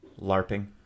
larping